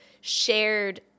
shared